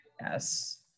Yes